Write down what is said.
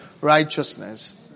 righteousness